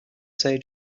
say